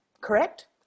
correct